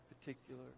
particular